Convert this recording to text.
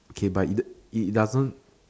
okay but it it doesn't